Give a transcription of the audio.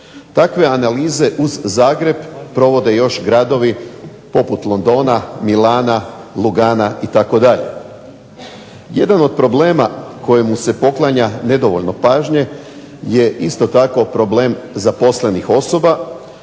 Takve analize uz Zagreb provode još gradovi poput Londona, Milana, Lugana itd. Jedan od problema kojemu se poklanja nedovoljno pažnje je isto tako problem zaposlenih osoba